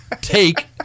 take